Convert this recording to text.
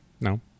No